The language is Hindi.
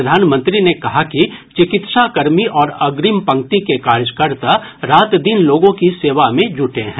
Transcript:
प्रधानमंत्री ने कहा कि चिकित्सा कर्मी और अग्रिम पंक्ति के कार्यकर्ता रात दिन लोगों की सेवा में जुटे हैं